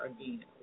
again